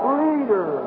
leader